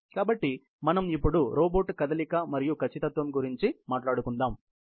కాబట్టి మనం ఇప్పుడు రోబోట్ కదలిక మరియు ఖచ్చితత్వం గురించి మాట్లాడుదాము